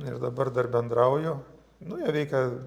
ir dabar dar bendrauju nu jie veikia